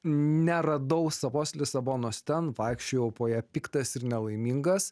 neradau savos lisabonos ten vaikščiojo po ją piktas ir nelaimingas